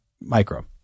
micro